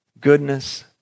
goodness